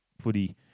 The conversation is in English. footy